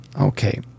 Okay